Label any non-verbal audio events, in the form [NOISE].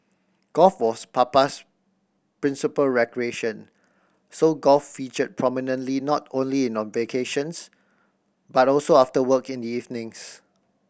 golf was Papa's principal recreation so golf featured prominently not only [UNINTELLIGIBLE] vacations but also after work in the evenings